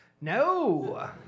No